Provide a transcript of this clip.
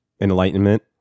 enlightenment